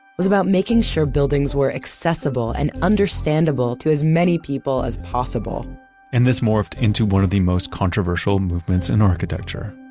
was about making sure buildings were accessible and understandable to as many people as possible and this morphed into one of the most controversial movements in architecture.